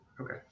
Okay